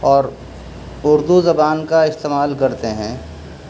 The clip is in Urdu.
اور اردو زبان کا استعمال کرتے ہیں